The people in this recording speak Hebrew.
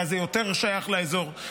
שאז זה יותר שייך לאזור,